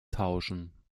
tauschen